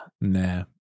Nah